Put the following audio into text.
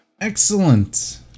Excellent